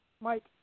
Mike